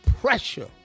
pressure